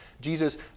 Jesus